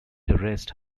terraced